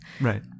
right